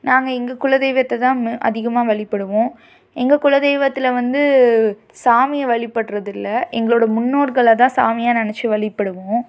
நாங்கள் எங்கள் குலதெய்வத்தை தான் அதிகமாக வழிபடுவோம் எங்கள் குல தெய்வத்தில் வந்து சாமியை வழிபடுறதில்ல எங்களோட முன்னோர்களைதான் சாமியாக நெனச்சு வழிபடுவோம்